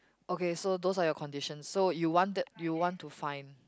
okay so those are your condition so you wanted you want to find